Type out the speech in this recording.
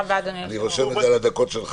אני מאוד מקווה שזה יקרה היום.